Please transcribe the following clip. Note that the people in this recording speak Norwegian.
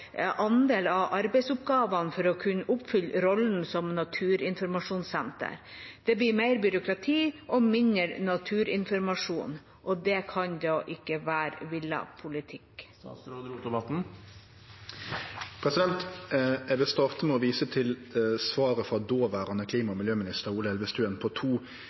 andel av arbeidsoppgavene for å kunne oppfylle rollen som naturinformasjonssenter. Det blir mer byråkrati og mindre naturinformasjon. Dette kan da ikke være en villet politikk?» Eg vil starte med å vise til svaret frå dåverande klima- og miljøminister Ola Elvestuen på to